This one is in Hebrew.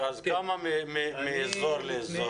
כמה בקשות מוגשות לעבור מאזור לאזור?